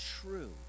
true